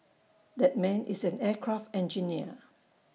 that man is an aircraft engineer